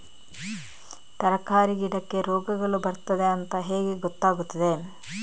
ತರಕಾರಿ ಗಿಡಕ್ಕೆ ರೋಗಗಳು ಬರ್ತದೆ ಅಂತ ಹೇಗೆ ಗೊತ್ತಾಗುತ್ತದೆ?